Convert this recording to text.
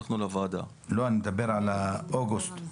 אני מדבר על אוגוסט.